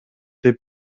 деп